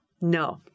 No